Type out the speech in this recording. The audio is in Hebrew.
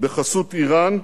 בחסות אירן,